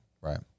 right